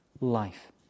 life